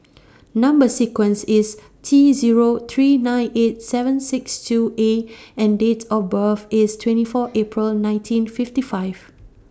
Number sequence IS T Zero three nine eight seven six two A and Date of birth IS twenty four April nineteen fifty five